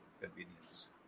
convenience